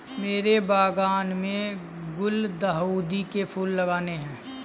मेरे बागान में गुलदाउदी के फूल लगाने हैं